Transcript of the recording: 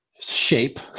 shape